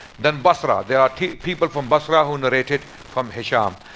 then basra there are people from basra who narrated from hishaam.